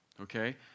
okay